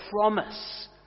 promise